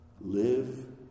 Live